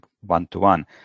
one-to-one